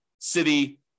city